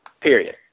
Period